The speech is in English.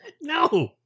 No